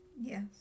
Yes